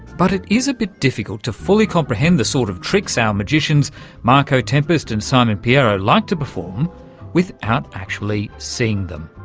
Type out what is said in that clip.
but it is a bit difficult to fully comprehend the sort of tricks our magicians marco tempest and simon pierro like to perform without actually seeing them.